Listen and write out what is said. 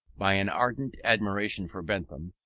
by an ardent admiration for bentham,